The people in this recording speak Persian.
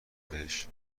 بهش